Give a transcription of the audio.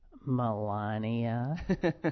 Melania